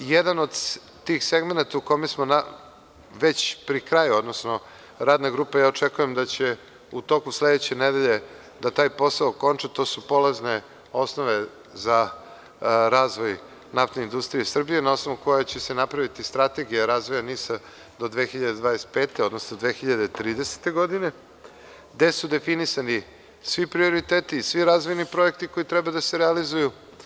Jedan od tih segmenata gde smo već pri kraju, odnosno radna grupa, a ja očekujem da će u toku sledeće nedelje taj posao okončati, jer to su polazne osnove za razvoj NIS, na osnovu koje će se napraviti strategija razvoja NIS-a do 2025. odnosno do 2030. godine, gde su definisani svi prioriteti i svi razvojni projekti koji treba da se realizuju.